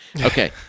Okay